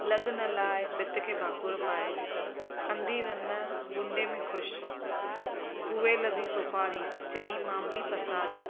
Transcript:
लॻु न लाइ भिति खे भाकुरि पाइ अंधी रन बूंडे में ख़ुशि कुए लधी सोपारी चईं मां बि पसारी